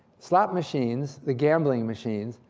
slot machines, the gambling machines,